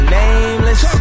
nameless